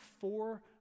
four